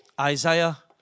Isaiah